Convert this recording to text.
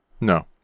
No